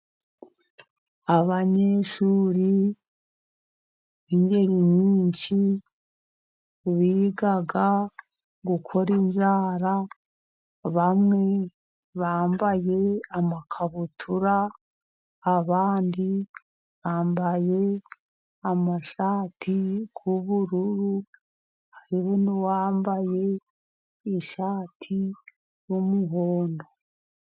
Abanyeshuri b'ingeri nyinshi biga gukora inzara. Bamwe bambaye amakabutura, abandi bambaye amashati y'ubururu, hari n'uwambaye ishati y'umuhondo.